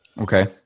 Okay